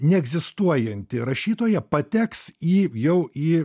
neegzistuojanti rašytoja pateks į jau į